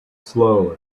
slowly